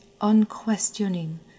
unquestioning